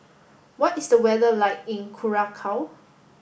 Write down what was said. what is the weather like in Curacao